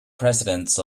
presidents